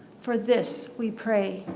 for this we pray.